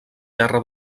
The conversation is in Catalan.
terra